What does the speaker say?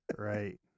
Right